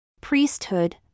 Priesthood